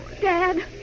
Dad